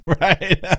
Right